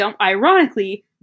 Ironically